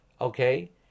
okay